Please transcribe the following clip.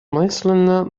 мысленно